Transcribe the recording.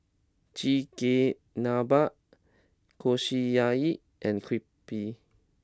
Chigenabe Kushiyaki and Crepe